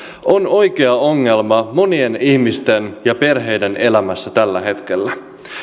on oikea ongelma monien ihmisten ja perheiden elämässä tällä hetkellä